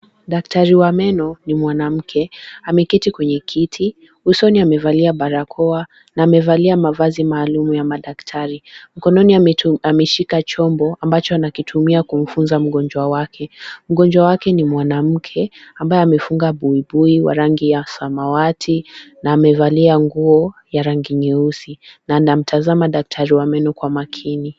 Daktari wa meno ni mwanamke ameketi kwenye kiti usoni amevalia barakoa na amevalia mavazi maalum ya madaktari, mkononi ameshika chombo ambacho anakitumia kumfunza mgonjwa wake. Mgonjwa wake ni mwanamke ambaye amefunga buibui wa rangi ya samawati na amevalia nguo ya rangi nyeusi na ana mtazama daktari wa meno kwa makini.